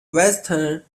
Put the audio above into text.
western